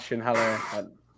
hello